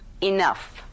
Enough